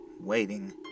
waiting